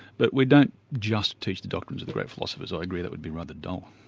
but we don't just teach the doctrines of the great philosophers i agree that would be rather dull.